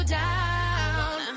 down